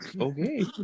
Okay